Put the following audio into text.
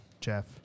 Jeff